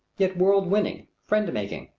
yet world-winning, friend making.